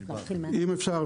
אם אפשר,